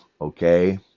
okay